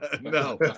No